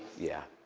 yeah.